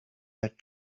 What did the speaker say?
that